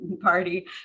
party